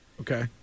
okay